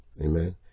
Amen